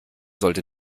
sollte